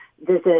visit